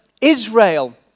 Israel